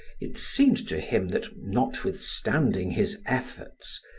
it seemed to him that notwithstanding his efforts,